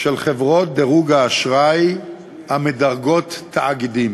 של חברות דירוג האשראי המדרגות תאגידים.